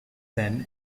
then